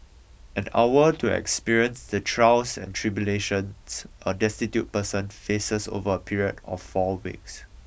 an hour to experience the trials and tribulations a destitute person faces over a period of four weeks